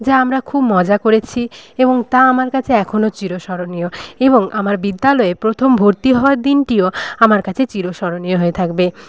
যা আমরা খুব মজা করেছি এবং তা আমার কাছে এখনও চিরস্মরণীয় এবং আমার বিদ্যালয়ে প্রথম ভর্তি হওয়ার দিনটিও আমার কাছে চিরস্মরণীয় হয়ে থাকবে